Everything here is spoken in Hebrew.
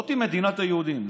זאת מדינת היהודים.